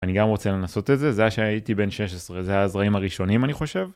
אני גם רוצה לנסות את זה, זה שהייתי בן 16 זה הזרעים הראשונים אני חושב.